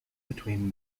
between